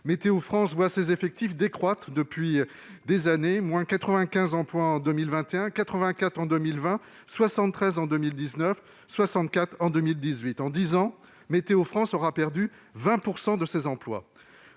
Météo-France voit ses effectifs décroître depuis des années : 95 emplois en 2021, 84 en 2020, 73 en 2019, 64 en 2018. En dix ans, Météo-France aura perdu 20 % de ses emplois.